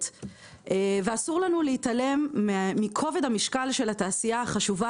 אסור לנו להתעלם מכובד המשקל של התעשייה החשובה